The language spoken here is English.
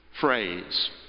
phrase